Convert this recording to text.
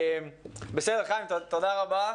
בסדר, חיים, תודה רבה.